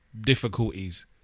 difficulties